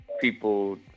people